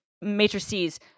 Matrices